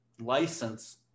license